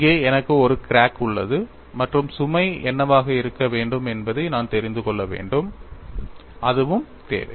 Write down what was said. இங்கே எனக்கு ஒரு கிராக் உள்ளது மற்றும் சுமை என்னவாக இருக்க வேண்டும் என்பதை நான் தெரிந்து கொள்ள வேண்டும் அதுவும் தேவை